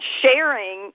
sharing